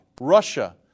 Russia